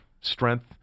strength